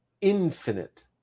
infinite